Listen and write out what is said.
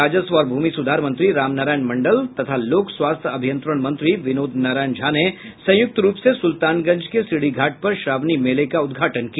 राजस्व और भूमि सुधार मंत्री रामनारायण मंडल तथा लोक स्वास्थ्य अभियंत्रण मंत्री विनोद नारायण झा ने संयुक्त रुप से सुल्तानगंज के सीढ़ी घाट पर श्रावणी मेले का उद्घाटन किया